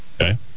okay